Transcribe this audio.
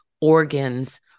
organs